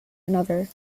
another